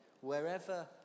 Wherever